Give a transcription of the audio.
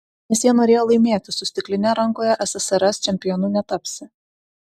nes jie norėjo laimėti su stikline rankoje ssrs čempionu netapsi